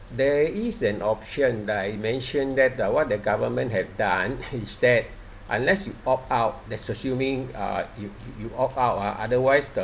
there is an option like I mentioned that the what the government have done is that unless you opt out that's assuming uh you you opt out ah otherwise